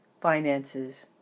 finances